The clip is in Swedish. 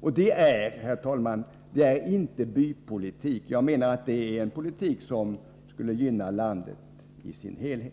Denna ståndpunkt är inte något uttryck för bypolitik, herr talman, utan jag menar att det är den politik som skulle gynna landet i dess helhet.